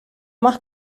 más